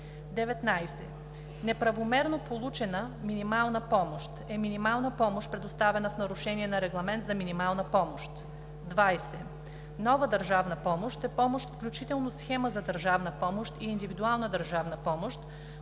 19. „Неправомерно получена минимална помощ“ е минимална помощ, предоставена в нарушение на регламент за минимална помощ. 20. „Нова държавна помощ“ е помощ, включително схема за държавна помощ и индивидуална държавна помощ,